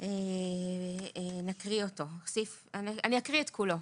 אקריא את כולו.